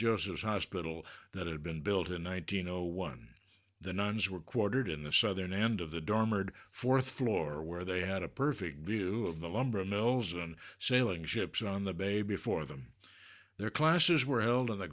joseph hospital that had been built in one thousand know one the nuns were quartered in the southern end of the door mard fourth floor where they had a perfect view of the lumber mills and sailing ships on the baby for them their classes were held on the